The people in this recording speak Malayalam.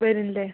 വരും അല്ലേ